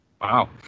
Wow